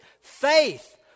Faith